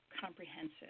comprehensive